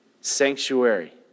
sanctuary